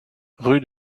rue